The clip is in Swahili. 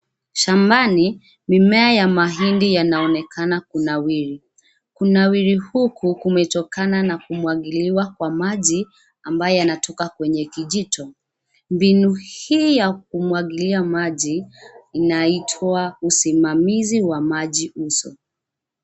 Shambani, mimea ya mahindi yanaonekana kunawiri, kunawiri huku kumetokana na kumwagiliwa kwa maji, ambayo yanatoka kwenye kijito, mbinu, hii ya kumwagilia maji, inaitwa usimamizi wa maji uso.